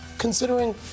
CONSIDERING